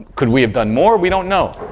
could we have done more? we don't know,